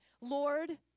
Lord